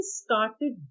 started